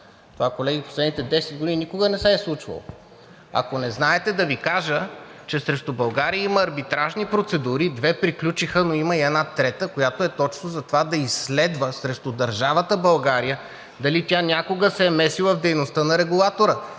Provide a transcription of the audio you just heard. Това, колеги, в последните 10 години никога не се е случвало. Ако не знаете, да Ви кажа, че срещу България има арбитражни процедури – две приключиха, но има и една трета, която е точно за това, да изследва срещу държавата България дали тя някога се е месила в дейността на регулатора.